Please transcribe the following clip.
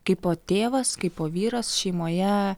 kaipo tėvas kaipo vyras šeimoje